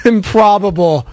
Improbable